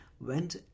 went